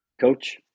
coach